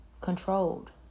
controlled